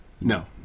No